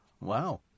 Wow